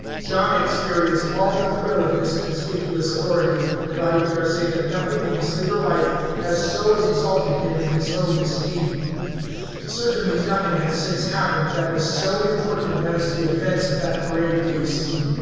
john experienced all the thrill of this conspicuous authority, and i daresay that nothing in his later life has so exalted him in his own esteem certainly nothing has since happened that was so important as the events of that parade day seemed.